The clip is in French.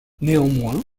néanmoins